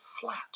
flat